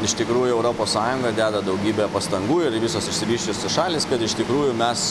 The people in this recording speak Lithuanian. iš tikrųjų europos sąjunga deda daugybę pastangų ir visos išsivysčiusios šalys kad iš tikrųjų mes